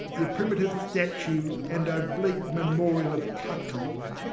the primitive statue and oblique memorial of cuckolds,